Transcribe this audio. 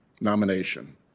nomination